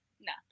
no